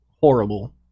horrible